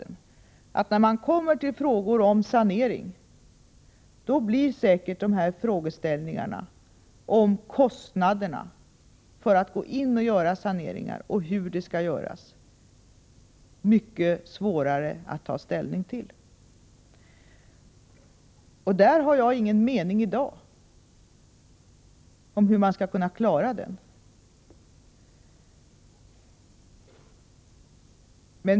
När man kommer till frågor om saneringen blir däremot frågeställningarna om kostnaderna för sanering och hur den skall göras säkert mycket svårare att ta ställning till, vilket också framhållits i debatten. Där har jag ingen mening i dag om hur man skall kunna klara den.